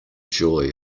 joy